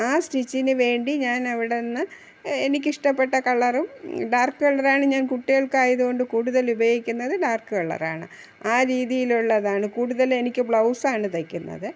ആ സ്റ്റിച്ചിന് വേണ്ടി ഞാൻ അവിടെ നിന്ന് എനിക്കിഷ്ടപ്പെട്ട കളറും ഡാര്ക്ക് കളറാണ് ഞാൻ കുട്ടികൾക്കായതുകൊണ്ട് കൂടുതൽ ഉപയോഗിക്കുന്നത് ഡാര്ക്ക് കളറാണ് ആ രീതിയിലുള്ളതാണ് കൂടുതലും എനിക്ക് ബ്ലൗസാണ് തയ്ക്കുന്നത്